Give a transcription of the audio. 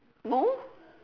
more